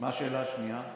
מה השאלה השנייה?